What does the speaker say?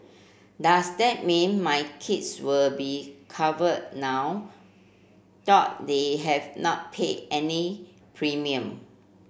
does that mean my kids will be covered now though they have not paid any premium